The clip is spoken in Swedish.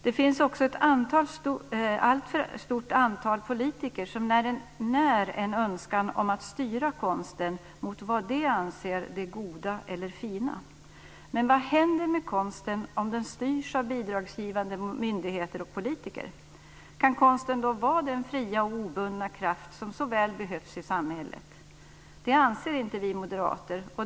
Det finns också ett alltför stort antal politiker som när en önskan om att styra konsten mot vad de anser vara det goda eller fina. Men vad händer med konsten om den styrs av bidragsgivande myndigheter och politiker? Kan konsten då vara den fria och obundna kraft som så väl behövs i samhället? Det anser inte vi moderater.